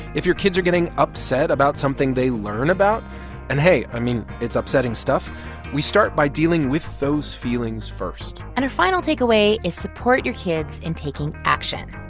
if your kids are getting upset about something they learn about and hey, i mean, it's upsetting stuff we start by dealing with those feelings first and our final takeaway is support your kids in taking action.